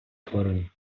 тварин